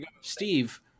Steve